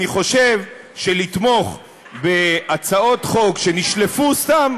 אני חושב שלתמוך בהצעות חוק שנשלפו סתם,